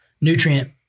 nutrient